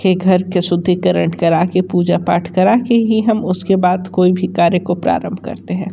के घर का शुद्धिकरण करा के पूजा पाठ करा के ही हम उसके बाद कोई भी कार्य को प्रारंभ करते हैं